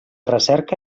recerca